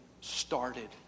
started